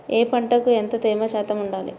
ఏ పంటకు ఎంత తేమ శాతం ఉండాలి?